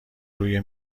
روی